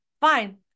fine